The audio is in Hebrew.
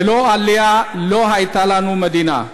ללא עלייה לא הייתה לנו מדינה,